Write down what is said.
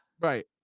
right